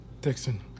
Dixon